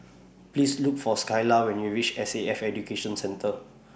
Please Look For Skyla when YOU REACH S A F Education Centre